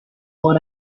what